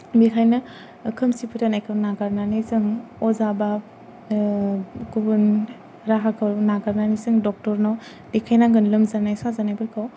बेखायनो खोमसि फोथायनायखौ नागारनानै जों अजा बा गुबुन राहाखौ नागारनानै जों दक्टरनाव देखायनांगोन लोमजानाय साजानायफोरखौ